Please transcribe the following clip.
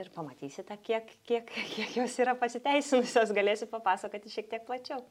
ir pamatysite kiek kiek kiek jos yra pasiteisinusios galėsiu papasakoti šiek tiek plačiau